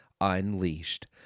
Unleashed